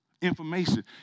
Information